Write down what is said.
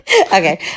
Okay